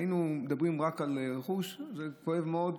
אם מדברים רק על רכוש, זה כואב מאוד,